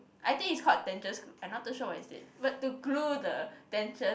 I think it's called dentures glue I not too sure what is it but to glue the dentures